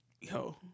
yo